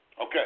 Okay